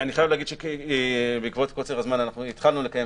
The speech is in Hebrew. אני חייב להגיד שבעקבות קוצר הזמן התחלנו לקיים